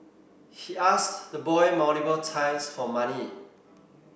he asked the boy multiple times for money